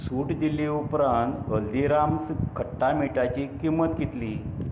सूट दिले उपरांत हल्दिराम्स खट्टा मीठाची किंमत कितली